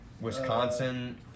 Wisconsin